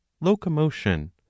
locomotion